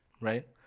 Right